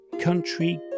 country